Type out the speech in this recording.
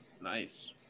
nice